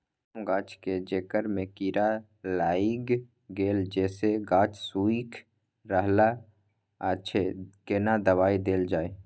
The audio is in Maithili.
आम गाछ के जेकर में कीरा लाईग गेल जेसे गाछ सुइख रहल अएछ केना दवाई देल जाए?